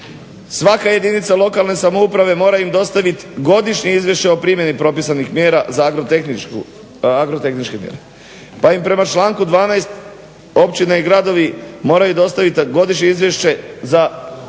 svaka jedinica lokalne samouprave mora im dostaviti godišnje izvješće o primjeni propisanih mjera za agrotehničke mjere. Pa im prema članku 12.općina i gradovi moraju dostaviti godišnje izvješće za poljoprivredne